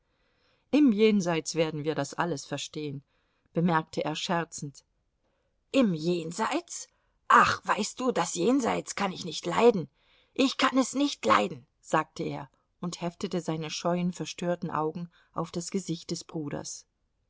im jenseits werden wir das alles verstehen bemerkte er scherzend im jenseits ach weißt du das jenseits kann ich nicht leiden ich kann es nicht leiden sagte er und heftete seine scheuen verstörten augen auf das gesicht des bruders